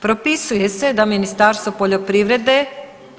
Propisuje se da Ministarstvo poljoprivrede